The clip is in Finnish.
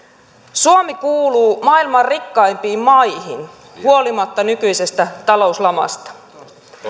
suomi kuuluu maailman rikkaimpiin maihin huolimatta nykyisestä talouslamasta